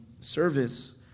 service